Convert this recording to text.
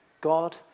God